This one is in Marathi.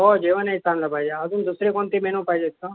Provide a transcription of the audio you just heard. हो जेवणही चांगलं पाहिजे अजून दुसरं कोणते मेनु पाहिजेत का